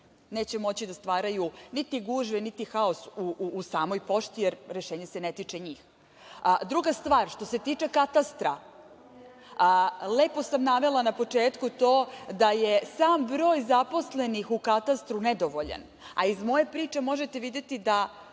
neće moći da stvaraju niti gužve niti haos u samoj pošti, jer rešenje se ne tiče njih. Druga stvar, što se tiče katastra, lepo sam navela na početku to da je sam broj zaposlenih u katastru nedovoljan, a iz moje priče možete videti da